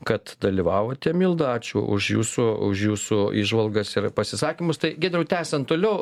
kad dalyvavote milda ačiū už jūsų už jūsų įžvalgas ir pasisakymus tai giedriau tęsiant toliau